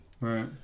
Right